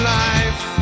life